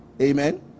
Amen